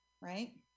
right